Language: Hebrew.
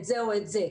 את זה או את זה.